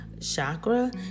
chakra